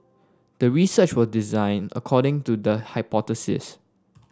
the research was designed according to the hypothesis